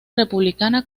republicana